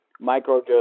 micro